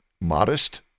modest